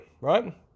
right